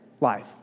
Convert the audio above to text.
life